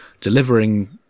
delivering